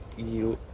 you